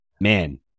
Man